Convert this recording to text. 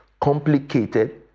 complicated